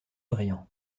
briand